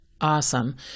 Awesome